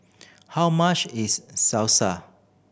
how much is Salsa